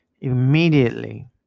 immediately